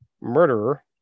murderer